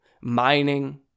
mining